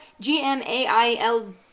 G-M-A-I-L